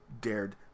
dared